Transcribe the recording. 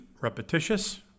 repetitious